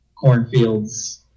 cornfields